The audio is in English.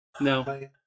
No